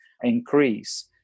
increase